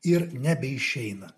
ir nebeišeina